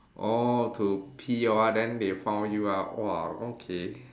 orh to pee ah then they found you ah !wah! okay